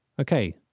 Okay